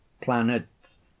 planets